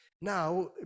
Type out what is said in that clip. now